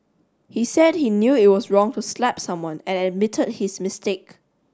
he said he knew it was wrong to slap someone and admitted his mistake